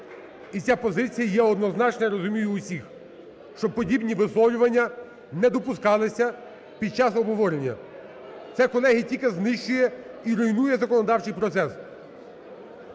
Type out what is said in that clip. і ця позиція є однозначна, я розумію всіх, щоб подібні висловлювання не допускалися під час обговорення. Це, колеги, тільки знищує і руйнує законодавчий процес.